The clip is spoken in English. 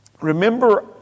remember